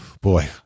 boy